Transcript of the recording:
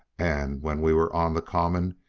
and when we were on the common,